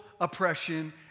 oppression